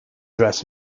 dress